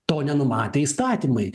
to nenumatė įstatymai